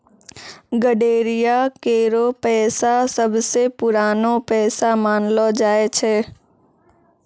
गड़ेरिया केरो पेशा सबसें पुरानो पेशा मानलो जाय छै